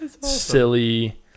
silly